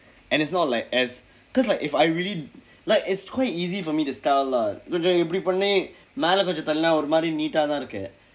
and it's not like as cause like if I really like is quite easy for me to style lah கொஞ்சம் இப்படி பண்ணி மேல கொஞ்சம் தள்ளுனா ஒரு மாதிரி:konjsam ippadi panni meela konjsam thallunaa oru maathiri neat ah தான் இருக்கு:thaan irukku